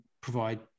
provide